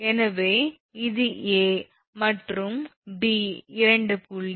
எனவே இது 𝐴 மற்றும் 𝐵 இரண்டு புள்ளி